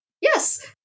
Yes